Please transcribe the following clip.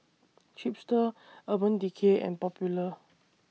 Chipster Urban Decay and Popular